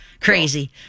Crazy